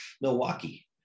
milwaukee